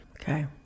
Okay